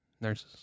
Nurses